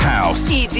House